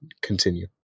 continue